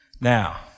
Now